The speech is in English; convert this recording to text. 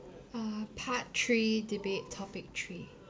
uh part three debate topic three